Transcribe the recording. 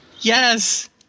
yes